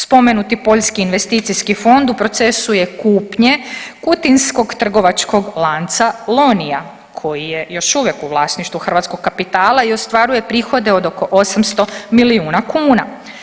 Spomenuti poljski investicijski fond u procesu je kupnje kutinskog trgovačkog lanca Lonia koji je još uvijek u vlasništvu hrvatskog kapitala i ostvaruje prihode od oko 800 milijuna kuna.